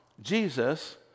Jesus